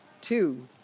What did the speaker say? two